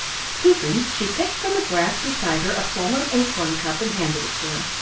stooping she picked from the grass beside her a fallen acorn cup and handed it to him.